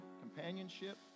companionship